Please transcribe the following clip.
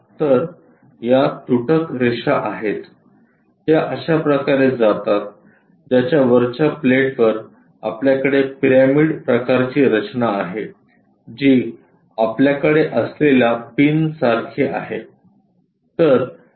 तर या तुटक रेषा आहे या अशाप्रकारे जातात ज्याच्या वरच्या प्लेटवर आपल्याकडे पिरॅमिड प्रकारची रचना आहे जी आपल्याकडे असलेल्या पिन सारखी आहे